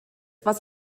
was